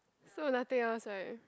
so nothing else right